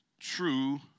True